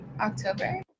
October